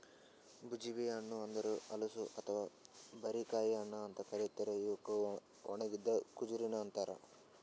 jujube ಹಣ್ಣ ಅಂದುರ್ ಹಲಸು ಅಥವಾ ಬಾರಿಕಾಯಿ ಹಣ್ಣ ಅಂತ್ ಕರಿತಾರ್ ಇವುಕ್ ಒಣಗಿದ್ ಖಜುರಿನು ಅಂತಾರ